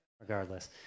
regardless